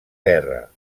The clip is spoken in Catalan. guerra